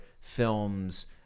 films